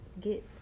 get